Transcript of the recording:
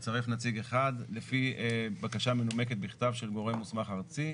הוא יצרף נציג אחד לפי בקשה מנומקת בכתב של גורם מוסמך ארצי.